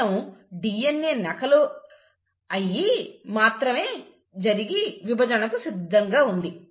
కేవలం DNA నకలు అయ్యి మాత్రమే జరిగి విభజనకు సిద్ధంగా ఉంది